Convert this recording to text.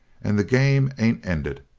and the game ain't ended.